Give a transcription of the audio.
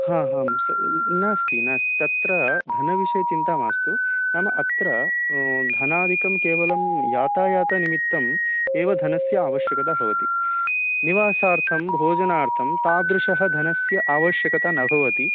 हा हं स् नास्ति नास्ति नास्ति तत्र धनविषये चिन्ता मास्तु नाम अत्र धनाधिकं केवलं यातायातनिमित्तम् एव धनस्य आवश्यकता भवति निवासार्थं भोजनार्थं तादृशः धनस्य आवश्यकता न भवति